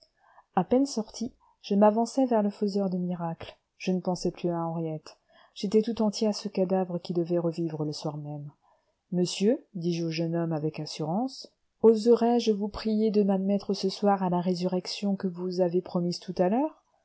à peine sorti je m'avançai vers le faiseur de miracles je ne pensais plus à henriette j'étais tout entier à ce cadavre qui devait revivre le soir même monsieur dis-je au jeune homme avec assurance oserais-je vous prier de m'admettre ce soir à la résurrection que vous avez promise tout à l'heure